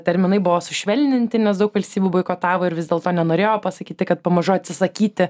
terminai buvo sušvelninti nes daug valstybių boikotavo ir vis dėlto nenorėjo pasakyti kad pamažu atsisakyti